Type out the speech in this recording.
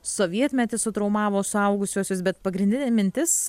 sovietmetis sutraumavo suaugusiuosius bet pagrindinė mintis